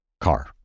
car